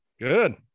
good